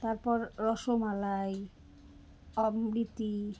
তারপর রসমালাই অমৃতি